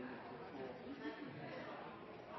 mot